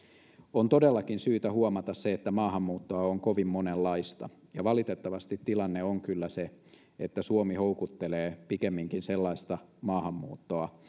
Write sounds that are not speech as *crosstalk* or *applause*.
on todellakin syytä huomata se että maahanmuuttoa on kovin monenlaista ja valitettavasti tilanne on kyllä se että suomi houkuttelee pikemminkin sellaista maahanmuuttoa *unintelligible*